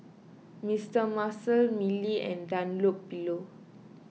Mister Muscle Mili and Dunlopillo